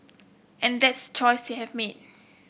and that's choice they have made